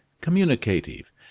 communicative